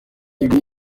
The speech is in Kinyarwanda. ibi